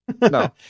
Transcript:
No